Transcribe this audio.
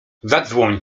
zadzwoń